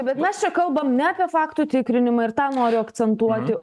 bet mes čia kalbam ne apie faktų tikrinimą ir tą noriu akcentuoti